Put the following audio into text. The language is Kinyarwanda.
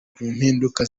mpinduka